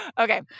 okay